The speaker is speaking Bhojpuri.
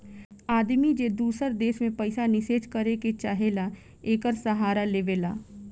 आदमी जे दूसर देश मे पइसा निचेस करे के चाहेला, एकर सहारा लेवला